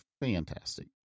fantastic